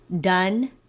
done